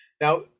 now